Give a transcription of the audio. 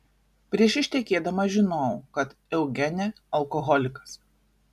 prieš ištekėdama žinojau kad eugene alkoholikas